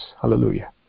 Hallelujah